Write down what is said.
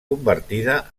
convertida